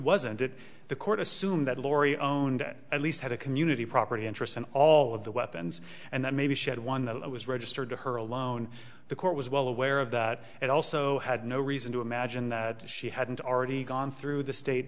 wasn't it the court assumed that lori own at least had a community property interest and all of the weapons and that maybe she had one that was registered to her alone the court was well aware of that and also had no reason to imagine that she hadn't already gone through the state